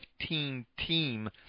15-team